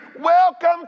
Welcome